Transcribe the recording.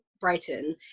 Brighton